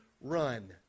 run